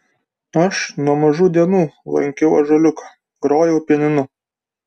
aš nuo mažų dienų lankiau ąžuoliuką grojau pianinu